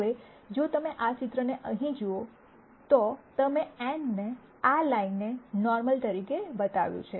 હવે જો તમે આ ચિત્રને અહીં જુઓ તો અમે n ને આ લાઇનને નોર્મલ તરીકે બતાવ્યું છે